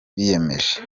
biyemeje